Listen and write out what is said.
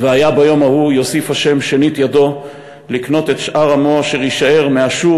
"והיה ביום ההוא יוסיף ה' שנית ידו לקנות את שאר עמו אשר יִשאר מאשור